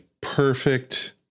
perfect